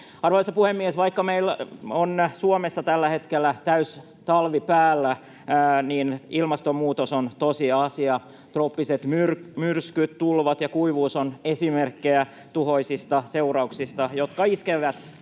Arvoisa puhemies! Vaikka meillä on Suomessa tällä hetkellä täysi talvi päällä, niin ilmastonmuutos on tosiasia. Trooppiset myrskyt, tulvat ja kuivuus ovat esimerkkejä tuhoisista seurauksista, jotka iskevät